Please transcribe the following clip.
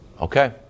Okay